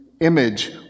Image